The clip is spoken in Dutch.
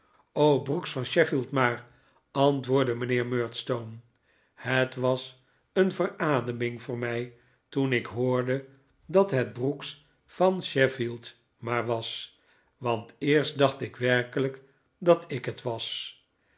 o brooks van sheffield maar antwoordde mijnheer murdstone het was een verademing voor mij toen ik hoorde dat het brooks van sheffield maar was want eerst dacht ik werkelijk dat ik het was